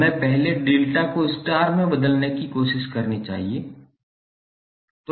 हमें पहले डेल्टा को स्टार में बदलने की कोशिश करनी है